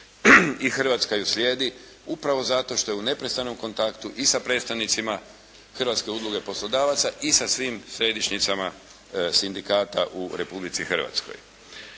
i Hrvatska ju slijedi upravo zato što je u neprestanom kontaktu i sa predstavnicima Hrvatske udruge poslodavaca i sa svim središnjicama sindikata u Republici Hrvatskoj.